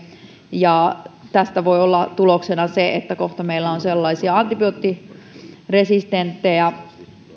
tästä voi olla tuloksena se että kohta meillä on sellaisia antibioottiresistenttejä